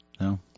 No